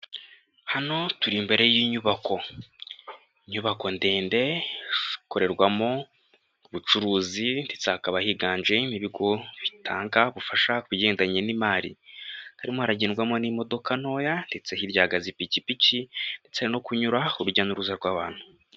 Hano turi imbere y'inyubako, inyubako ndende ikorerwamo ubucuruzi ndetse hakaba higanjemo ibigo bitanga ubufasha bigendanye n'imari. Harimo haragendwamo n'imodoka ntoya ndetse hirya hahagaza ipikipiki ndetse hari no kunyura urujya n'uruza rw'abantu.